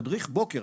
תדריך בוקר,